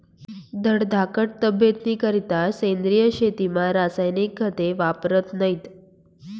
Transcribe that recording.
धडधाकट तब्येतनीकरता सेंद्रिय शेतीमा रासायनिक खते वापरतत नैत